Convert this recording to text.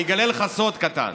אני אגלה לך סוד קטן,